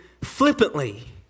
flippantly